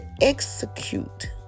execute